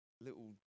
little